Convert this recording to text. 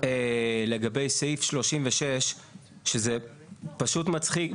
לגבי סעיף 36 שזה פשוט מצחיק,